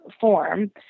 form